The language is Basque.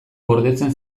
gordetzen